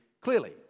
clearly